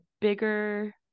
bigger